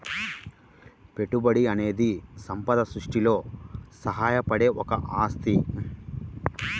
పెట్టుబడి అనేది సంపద సృష్టిలో సహాయపడే ఒక ఆస్తి